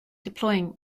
deploying